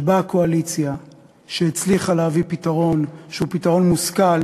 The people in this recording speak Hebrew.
שהקואליציה שהצליחה להביא פתרון שהוא פתרון מושכל,